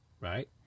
right